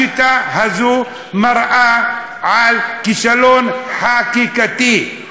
השיטה הזאת מראה כישלון חקיקתי,